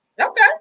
Okay